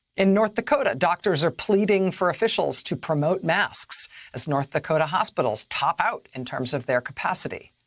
in north dakota, doctors are pleading for officials to promote masks as north dakota hospitals top out in terms of their capacity.